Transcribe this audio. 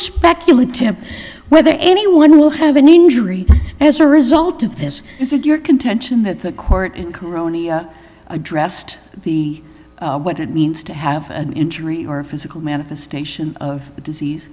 speculative whether anyone will have an injury as a result of this is it your contention that the court in corona addressed the what it means to have an injury or physical manifestation of the disease